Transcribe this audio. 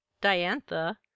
Diantha